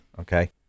Okay